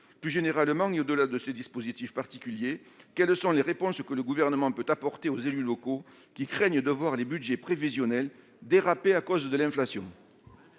Plus généralement, et au-delà de ce dispositif particulier, quelles sont les réponses que le Gouvernement peut apporter aux élus locaux, qui craignent de voir les budgets prévisionnels déraper à cause de l'inflation ?